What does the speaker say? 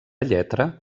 lletra